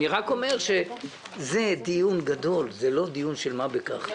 אני רק אומר שזה דיון גדול, זה לא דיון של מה בכך.